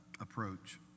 approach